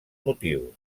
motius